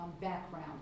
background